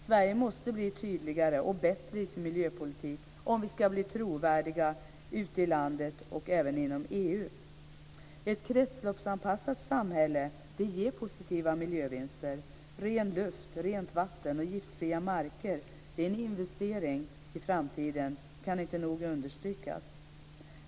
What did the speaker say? Sverige måste bli tydligare och bättre i sin miljöpolitik om vi ska bli trovärdiga ute i landet och även inom EU. Ett kretsloppsanpassat samhälle ger positiva miljövinster. Ren luft, rent vatten och giftfria marker är en investering för framtiden. Det kan inte nog understrykas.